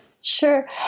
Sure